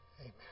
Amen